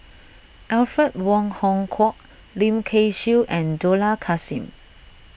Alfred Wong Hong Kwok Lim Kay Siu and Dollah Kassim